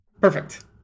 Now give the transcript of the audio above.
perfect